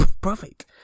perfect